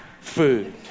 food